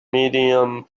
medium